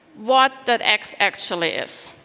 what that x actually is.